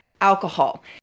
alcohol